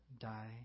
Die